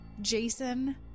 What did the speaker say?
Jason